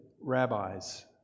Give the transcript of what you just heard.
rabbis